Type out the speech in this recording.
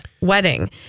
wedding